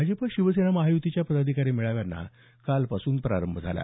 भाजप शिवसेना महायुतीच्या पदाधिकारी मेळाव्यांना कालपासून प्रारंभ झाला